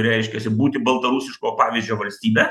reiškiasi būti baltarusiško pavyzdžio valstybe